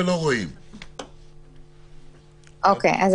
דווקא זה יותר יוצר הסדר שלילי לגבי כל מי שלא בפנים.